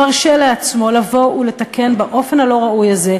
מרשה לעצמו לבוא ולתקן באופן הלא-ראוי הזה חוק-יסוד.